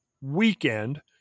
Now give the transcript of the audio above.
Weekend